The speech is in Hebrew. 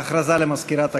הודעה למזכירת הכנסת.